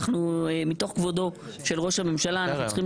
מתוך כבודו של ראש הממשלה אנחנו צריכים